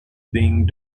being